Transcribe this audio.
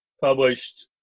published